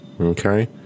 Okay